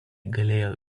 galėjo